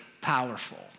powerful